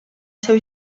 seus